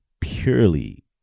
purely